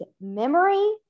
memory